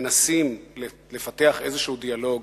לפתח איזה דיאלוג